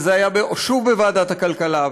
וזה היה שוב בוועדת הכלכלה,